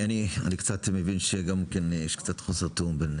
אני קצת מבין שיש גם חוסר תיאום בין